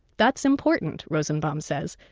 that's important, rosenbaum says.